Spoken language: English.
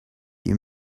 you